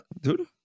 dude